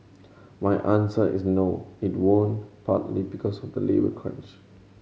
my answer is no it won't partly because of the labour crunch